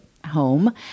Home